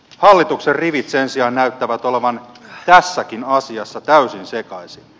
hallituksen rivit sen sijaan näyttävät olevan tässäkin asiassa täysin sekaisin